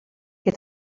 que